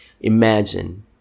Imagine